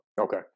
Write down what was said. Okay